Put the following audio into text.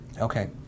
Okay